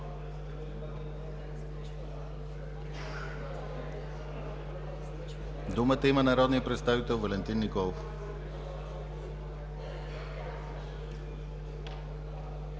Думата има народният представител Валентин Николов.